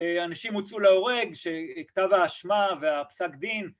‫אנשים הוצאו להורג ‫שכתב האשמה והפסק דין...